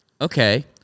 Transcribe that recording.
okay